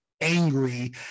angry